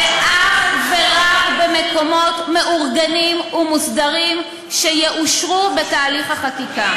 ואך ורק במקומות מאורגנים ומוסדרים שיאושרו בתהליך החקיקה.